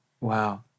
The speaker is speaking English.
Wow